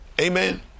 Amen